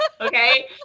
okay